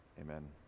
Amen